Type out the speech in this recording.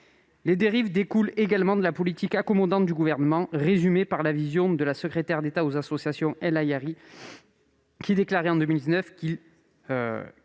Les dérives découlent également de la politique accommodante du Gouvernement, résumée par la vision de la secrétaire d'État chargée des associations, Sarah El Haïry, qui déclarait en 2019 qu'il